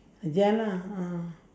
ya lah ah